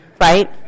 Right